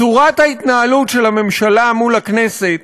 צורת ההתנהלות של הממשלה מול הכנסת